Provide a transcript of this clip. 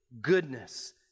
goodness